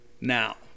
now